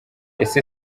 ese